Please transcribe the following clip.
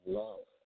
love